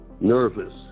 nervous